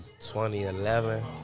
2011